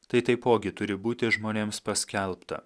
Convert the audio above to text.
tai taipogi turi būti žmonėms paskelbta